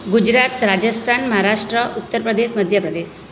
Gujarat Rajasthan Maharashtra Uttar Pradesh Madhya Pradesh